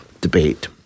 debate